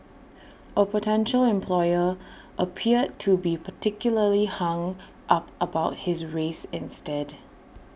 A potential employer appeared to be particularly hung up about his race instead